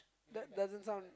that doesn't sound